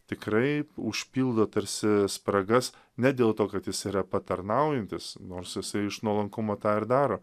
tikrai užpildo tarsi spragas ne dėl to kad jis yra patarnaujantis nors jisai iš nuolankumo tą ir daro